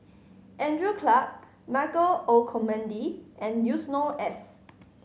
Andrew Clarke Michael Olcomendy and Yusnor Ef